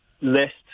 list